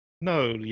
No